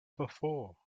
before